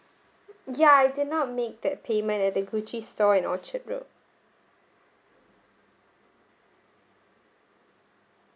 ya I did not make that payment at the Gucci store in orchard road